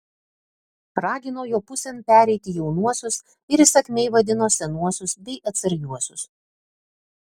ragino jo pusėn pereiti jaunuosius ir įsakmiai vadino senuosius bei atsargiuosius